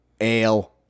Ale